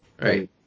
Right